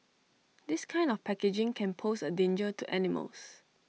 this kind of packaging can pose A danger to animals